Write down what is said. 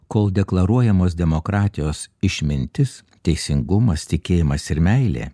kol deklaruojamos demokratijos išmintis teisingumas tikėjimas ir meilė